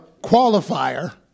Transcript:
qualifier